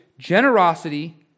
Generosity